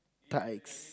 types